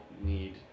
need